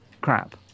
crap